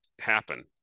happen